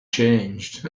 changed